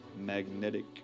Magnetic